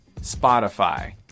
Spotify